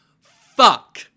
fuck